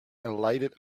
enlightened